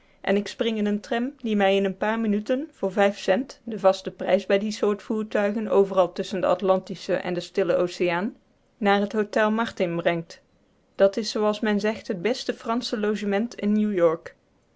en ik spring in een tram die mij in een paar minuten voor cents den vasten prijs bij die soort voertuigen overal tusschen den atlantischen en den stillen oceaan naar t hotel martin brengt dat is zooals men zegt het beste fransche logement in